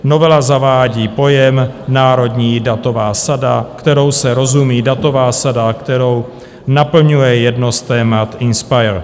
Novela zavádí pojem národní datová sada, kterou se rozumí datová sada, kterou naplňuje jedno z témat INSPIRE.